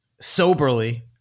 soberly